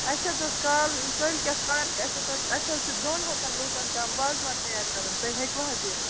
اَسہِ حظ ٲس کال کٲلۍکٮ۪تھ پارکہِ اَسہِ حظ چھُ اَسہِ حظ چھُ دۄن ہَتَن لوٗکَن تام وازٕوان تیار کَرُن تُہۍ ہیٚکوٕ حظ یِتھ